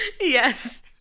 Yes